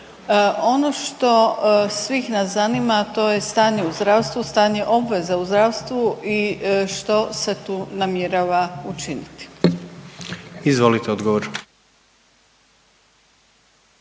Ono što svih nas zanima, a to je stanje u zdravstvu, stanje obveza u zdravstvu i što se tu namjerava učiniti? **Jandroković,